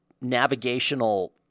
navigational